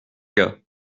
gars